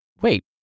wait